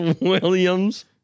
Williams